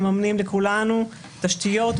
מממנים לכולנו תשתיות,